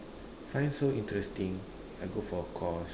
find so interesting I go for a course